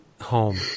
home